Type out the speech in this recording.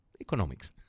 economics